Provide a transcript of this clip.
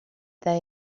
they